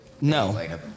No